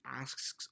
asks